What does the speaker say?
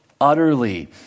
utterly